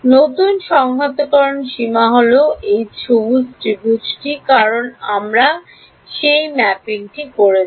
নতুন সংহতকরণ সীমা হল এই সবুজ ত্রিভুজ কারণ আমরা সেই ম্যাপিংটি করেছি